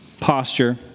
posture